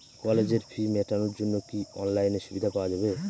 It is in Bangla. কলেজের ফি মেটানোর জন্য কি অনলাইনে সুবিধা পাওয়া যাবে?